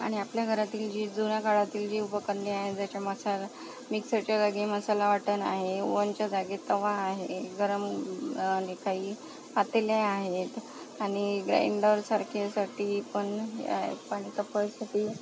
आणि आपल्या घरातील जी जुन्या काळातील जी उपकरणे आहे ज्याचा मसाला मिक्सरच्या जागी मसाला वाटण आहे ओवनच्या जागी तवा आहे गरम आले काही पातेले आहेत आणि ग्राईंडरसारखेसाठी पण ए आहे पाणी तापवायसाठी